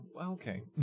Okay